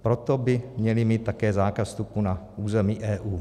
Proto by měli mít také zákaz vstupu na území EU.